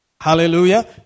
Hallelujah